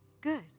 good